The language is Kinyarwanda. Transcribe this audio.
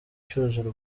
cyuzura